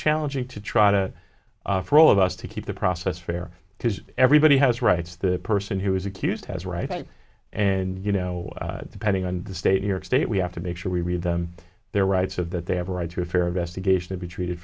challenging to try to for all of us to keep the process fair because everybody has rights the person who is accused has right and you know depending on the state york state we have to make sure we read them their rights of that they have a right to a fair investigation to be treated